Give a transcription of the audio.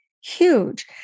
huge